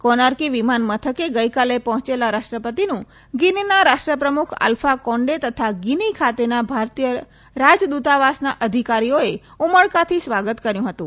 Conakry વિમાનમથકે ગઈકાલે પહોંચેલા રાષ્ટ્રપતિનું ગીનીના રાષ્ટ્રપ્રમુખ અલ્ફા કોન્ડે તથા ગીની ખાતેના ભારતીય રાજદૂતાવાસનાં અધિકારીઓએ ઉમળકાથી સ્વાગત કર્યું હતું